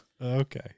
Okay